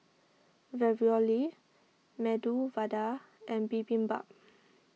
Ravioli Medu Vada and Bibimbap